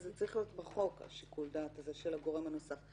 אז שיקול הדעת הזה של הגורם הנוסף צריך להיות בחוק.